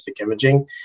imaging